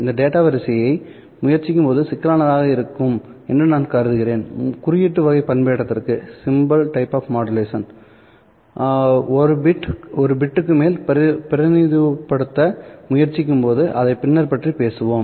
இந்த டேட்டா வரிசையை முயற்சிக்கும்போது சிக்கலானதாக இருக்கும் என்று நான் கருதுகிறேன் குறியீட்டு வகை பண்பேற்றத்திற்கு 1 பிட்டுக்கு மேல் பிரதிநிதித்துவப்படுத்த முயற்சிக்கும்போது அதை பற்றி பின்னர் பேசுவோம்